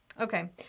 Okay